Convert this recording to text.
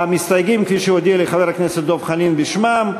המסתייגים, כפי שהודיע לי חבר הכנסת דב חנין בשמם.